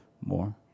more